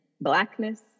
blackness